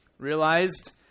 realized